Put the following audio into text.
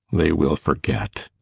they will forget.